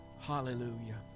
Hallelujah